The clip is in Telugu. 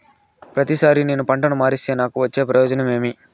ప్రతిసారి నేను పంటను మారిస్తే నాకు వచ్చే ప్రయోజనం ఏమి?